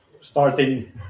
starting